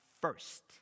first